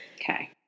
Okay